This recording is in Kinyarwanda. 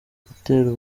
gutera